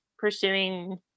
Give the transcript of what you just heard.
Pursuing